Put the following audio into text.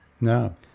No